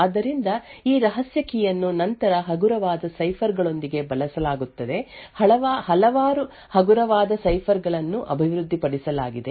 ಆದ್ದರಿಂದ ಈ ರಹಸ್ಯ ಕೀ ಯನ್ನು ನಂತರ ಹಗುರವಾದ ಸೈಫರ್ ಗಳೊಂದಿಗೆ ಬಳಸಲಾಗುತ್ತದೆ ಹಲವಾರು ಹಗುರವಾದ ಸೈಫರ್ ಗಳನ್ನು ಅಭಿವೃದ್ಧಿಪಡಿಸಲಾಗಿದೆ